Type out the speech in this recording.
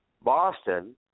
Boston